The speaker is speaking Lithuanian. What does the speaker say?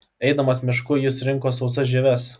eidamas mišku jis rinko sausas žieves